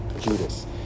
Judas